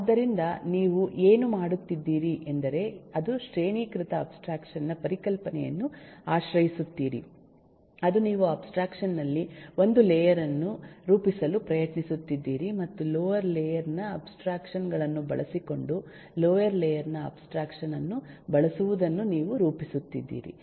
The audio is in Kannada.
ಆದ್ದರಿಂದ ನೀವು ಏನು ಮಾಡುತ್ತಿದ್ದೀರಿ ಎಂದರೆ ಅದು ಶ್ರೇಣೀಕೃತ ಅಬ್ಸ್ಟ್ರಾಕ್ಷನ್ ನ ಪರಿಕಲ್ಪನೆಯನ್ನು ಆಶ್ರಯಿಸುತ್ತೀರಿ ಅದು ನೀವು ಅಬ್ಸ್ಟ್ರಾಕ್ಷನ್ ನಲ್ಲಿ ಒಂದು ಲೇಯರ್ ಅನ್ನು ರೂಪಿಸಲು ಪ್ರಯತ್ನಿಸುತ್ತಿದ್ದೀರಿ ಮತ್ತು ಲೋಯರ್ ಲೇಯರ್ ನ ಅಬ್ಸ್ಟ್ರಾಕ್ಷನ್ ಗಳನ್ನು ಬಳಸಿಕೊಂಡು ಲೋಯರ್ ಲೇಯರ್ ನ ಅಬ್ಸ್ಟ್ರಾಕ್ಷನ್ ಅನ್ನು ಬಳಸುವುದನ್ನು ನೀವು ರೂಪಿಸುತ್ತೀರಿ